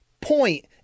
point